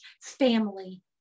family